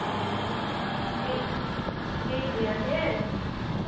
ᱴᱷᱤᱠ ᱴᱷᱤᱠ ᱜᱮᱭᱟ ᱦᱮᱸ